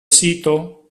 sito